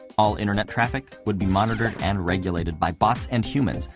all internet traffic would be monitored and regulated by bots and humans,